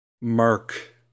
Mark